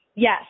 Yes